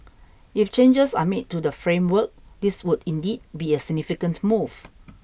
if changes are made to the framework this would indeed be a significant move